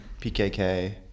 PKK